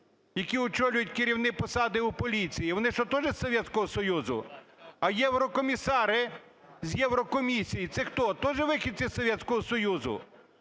які очолюють керівні посади у поліції? Вони що, тоже з Советского Союзу? А єврокомісари з Єврокомісії - це хто, тоже вихідці з Советского Союзу?